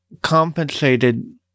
compensated